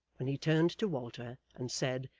when he turned to walter, and said,